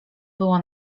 było